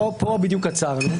כאן בדיוק עצרנו.